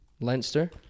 Leinster